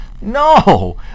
No